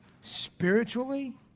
spiritually